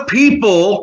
people